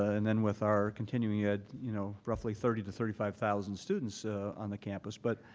and then with our continuing ed, you know, roughly thirty to thirty five thousand students on the campus. but